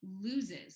loses